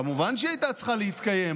כמובן שהיא הייתה צריכה להתקיים,